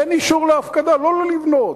אין אישור להפקדה, לא לא לבנות.